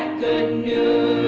good news?